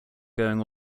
going